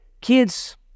kids